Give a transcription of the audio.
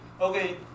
okay